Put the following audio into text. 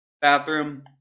bathroom